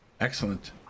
Excellent